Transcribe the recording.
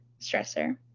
stressor